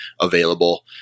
available